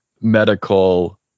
medical